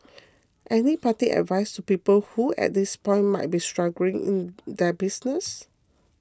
any parting advice to people who at this point might be struggling in their business